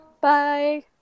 Bye